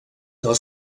del